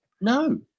No